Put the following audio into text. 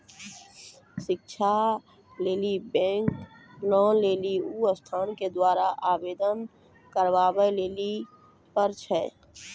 शिक्षा लेली बैंक से लोन लेली उ संस्थान के द्वारा आवेदन करबाबै लेली पर छै?